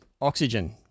Oxygen